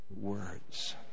words